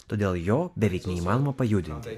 todėl jo beveik neįmanoma pajudinti